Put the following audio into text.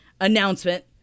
announcement